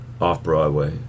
off-Broadway